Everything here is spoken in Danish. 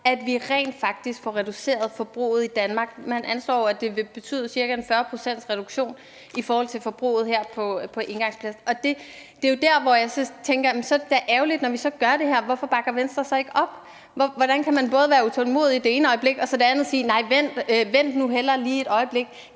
at vi rent faktisk får reduceret forbruget i Danmark. Man anslår jo, at det her vil betyde ca. en 40-procentsreduktion af forbruget på engangsplast. Det er jo der, hvor jeg tænker, at det da er ærgerligt, når vi så gør det her, at Venstre ikke bakker op. Hvordan kan man både være utålmodig det ene øjeblik og så det andet sige: Nej, vent nu hellere lige et øjeblik?